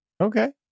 okay